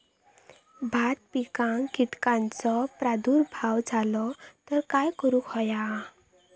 भात पिकांक कीटकांचो प्रादुर्भाव झालो तर काय करूक होया?